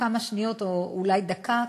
כמה שניות או אולי דקה,